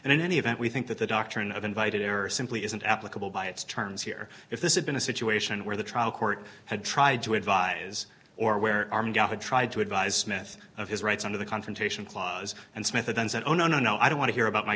and in any event we think that the doctrine of invited error simply isn't applicable by its terms here if this had been a situation where the trial court had tried to advise or where to try to advise smith of his rights under the confrontation clause and smith and then said oh no no no i don't want to hear about my